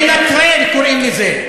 לנטרל, קוראים לזה.